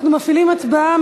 אנחנו מפעילים הצבעה.